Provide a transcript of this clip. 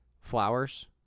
flowers